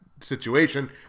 situation